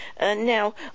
Now